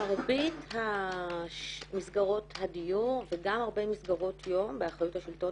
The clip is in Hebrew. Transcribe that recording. מרבית מסגרות הדיור וגם הרבה מסגרות יום באחריות השלטון